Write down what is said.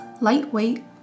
lightweight